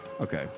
okay